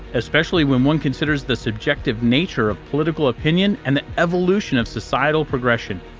especially when one considers the subjective nature of political opinion and the evolution of societal progression.